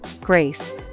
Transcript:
Grace